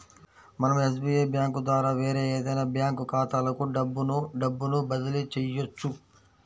మనం SBI bank ద్వారా వేరే ఏదైనా బ్యాంక్ ఖాతాలకు డబ్బును డబ్బును బదిలీ చెయ్యొచ్చు